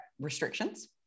restrictions